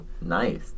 Nice